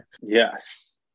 Yes